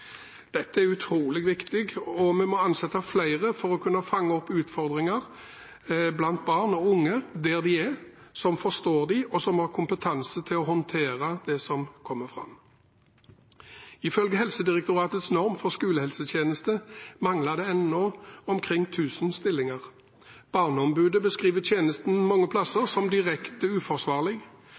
Dette er utrolig viktig, og vi må ansette flere for å kunne fange opp utfordringer blant barn og unge der de er, som forstår dem, og som har kompetanse til å håndtere det som kommer fram. Ifølge Helsedirektoratets norm for skolehelsetjenesten mangler det ennå omkring 1 000 stillinger. Barneombudet beskriver tjenesten mange plasser som direkte uforsvarlig,